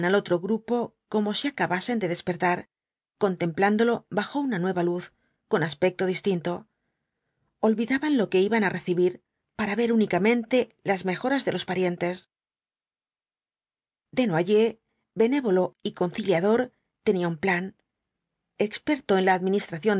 otro grupo como si acabasen de despertar contemplándolo bajo una nueva luz con aspecto distinto olvidaban lo que iban á recibir para ver únicamente las mejoras de los parientes desnoyers benévolo y conciliador tenía un plan experto en la administración